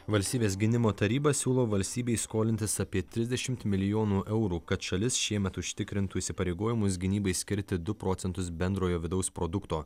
valstybės gynimo taryba siūlo valstybei skolintis apie trisdešimt milijonų eurų kad šalis šiemet užtikrintų įsipareigojimus gynybai skirti du procentus bendrojo vidaus produkto